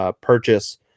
purchase